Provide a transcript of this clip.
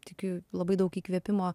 tikiu labai daug įkvėpimo